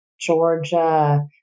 Georgia